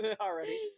Already